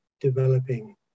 developing